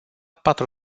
patru